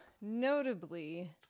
notably